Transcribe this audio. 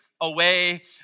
away